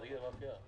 תגיד מאפייה.